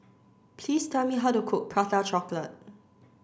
please tell me how to cook prata chocolate